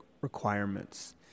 requirements